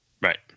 right